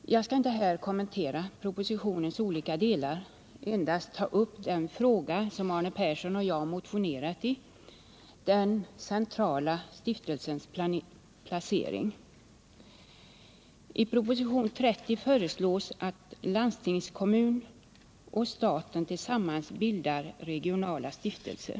Jag skall inte här kommentera propositionens olika delar, utan jag vill endast ta upp en fråga som Arne Persson och jag har motionerat om, nämligen den centrala stiftelsens placering. I propositionen 30 föreslås att landstingskommunerna och staten tillsammans bildar regionala stiftelser.